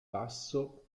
passo